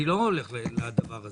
אני לא הולך לדבר הזה.